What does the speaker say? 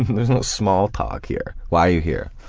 there's no small talk here. why are you here?